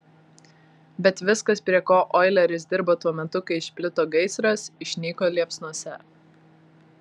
bet viskas prie ko oileris dirbo tuo metu kai išplito gaisras išnyko liepsnose